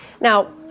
now